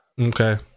Okay